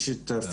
יש את פרנסואז,